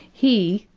he,